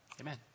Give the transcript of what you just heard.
Amen